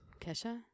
Kesha